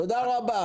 תודה רבה.